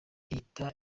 ihita